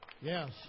Yes